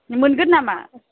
मोनगोन नामा